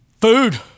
Food